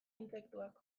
intsektuak